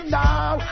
now